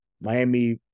Miami